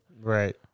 Right